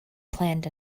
planned